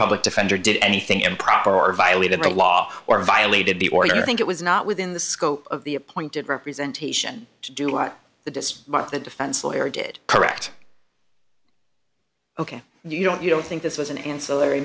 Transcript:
public defender did anything improper or violated the law or violated the order think it was not within the scope of the appointed representation to do what the disk by the defense lawyer did correct ok you don't you don't think this was an ancillary